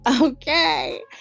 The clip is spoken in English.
Okay